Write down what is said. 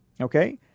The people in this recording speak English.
okay